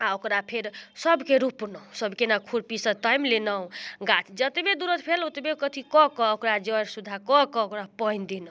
आओर ओकरा फेर सबके रोपलहुँ सबके ने खुरपीसँ तामि लेलहुँ गाछ जतबे दुरत भेल ओतबे अथी कऽ कऽ ओकरा जड़ि सुधा कऽ कऽ ओकरा पानि देलहुँ